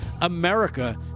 america